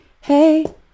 Hey